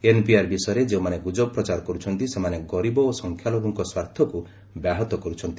NPR ବିଷୟରେ ଯେଉଁମାନେ ଗୁଜବ ପ୍ରଚାର କରୁଛନ୍ତି ସେମାନେ ଗରିବ ଓ ସଂଖ୍ୟାଲଘୁଙ୍କ ସ୍ୱାର୍ଥକୁ ବ୍ୟାହତ କରୁଛନ୍ତି